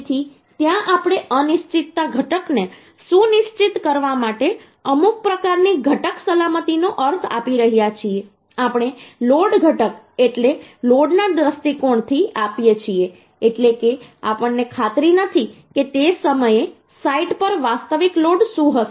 તેથી ત્યાં આપણે અનિશ્ચિતતા ઘટક ને સુનિશ્ચિત કરવા માટે અમુક પ્રકારની ઘટક સલામતીનો અર્થ આપી રહ્યા છીએ આપણે લોડ ઘટક એટલે લોડના દૃષ્ટિકોણથી આપીએ છીએ એટલે કે આપણને ખાતરી નથી કે તે સમયે સાઇટ પર વાસ્તવિક લોડ શું હશે